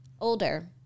older